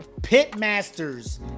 Pitmasters